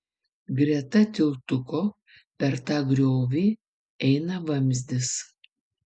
greta tiltuko per tą griovį eina vamzdis